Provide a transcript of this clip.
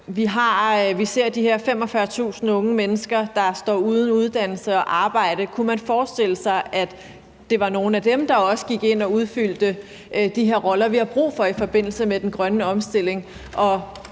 Vi ser de her 45.000 unge mennesker, der står uden uddannelse og arbejde. Kunne man forestille sig, at det også var nogle af dem, der gik ind og udfyldte de her roller, vi har brug for at få udfyldt i forbindelse med den grønne omstilling?